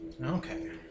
Okay